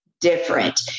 different